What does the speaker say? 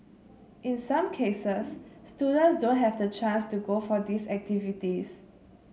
in some cases students don't have the chance to go for these activities